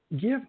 give